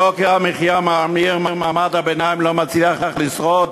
יוקר המחיה מאמיר, מעמד הביניים לא מצליח לשרוד